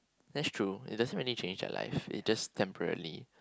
that's true it doesn't really change our life it's just temporarily